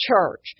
church